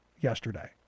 yesterday